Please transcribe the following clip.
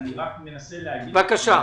נכון.